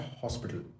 hospital